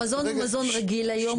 המזון הוא מזון רגיל היום,